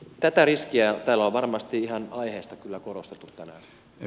tätä riskiä täällä on varmasti ihan aiheesta kyllä korostettu tänään